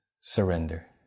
Surrender